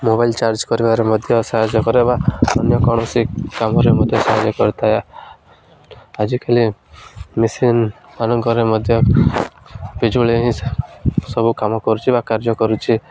mobile charge କରିବାରେ ମଧ୍ୟ ସାହାଯ୍ୟ କରେ ଅନ୍ୟ କୌଣସି କାମରେ ମଧ୍ୟ ସାହାଯ୍ୟ କରିଥାଏ ଆଜିକାଲି ମେସିନ୍ ମାନଙ୍କରେ ମଧ୍ୟ ବିଜୁଳି ହିଁ ସବୁ କାମ କରୁଛି ବା କାର୍ଯ୍ୟ କରୁଛି